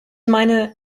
meine